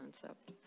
concept